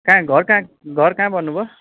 कहाँ घर घर कहाँ घर कहाँ भन्नुभयो